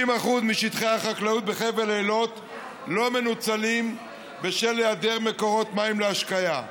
50% משטחי החקלאות בחבל אילות לא מנוצלים בשל היעדר מקורות מים להשקיה.